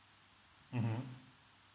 mmhmm